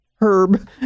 Herb